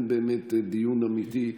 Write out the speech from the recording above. ואין באמת דיון אמיתי.